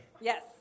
Yes